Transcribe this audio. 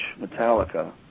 Metallica